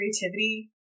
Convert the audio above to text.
creativity